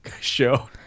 show